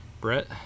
Brett